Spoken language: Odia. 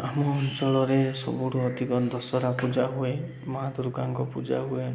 ଆମ ଅଞ୍ଚଳରେ ସବୁଠୁ ଅଧିକ ଦଶହରା ପୂଜା ହୁଏ ମା' ଦୂର୍ଗାଙ୍କ ପୂଜା ହୁଏ